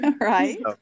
right